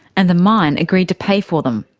and the mine agreed to pay for them.